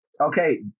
Okay